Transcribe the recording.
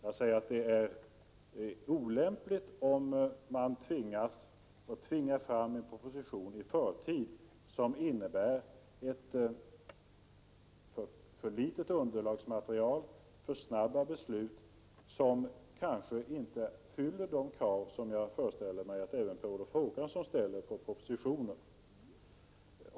Jag säger att det är olämpligt att i förtid tvinga fram en proposition som har för litet underlagsmaterial, vilket medför att man fattar för snabba beslut, som kanske inte fyller de krav som jag föreställer mig att även Per Olof Håkansson ställer på en proposition.